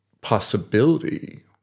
possibility